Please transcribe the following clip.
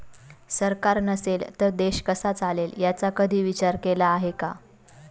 सरकार नसेल तर देश कसा चालेल याचा कधी विचार केला आहे का?